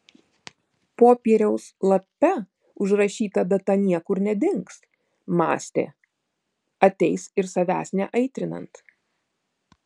popieriaus lape užrašyta data niekur nedings mąstė ateis ir savęs neaitrinant